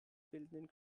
bildenden